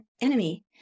enemy